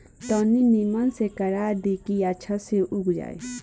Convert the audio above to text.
तनी निमन से करा की अच्छा से उग जाए